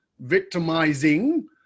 victimizing